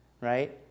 Right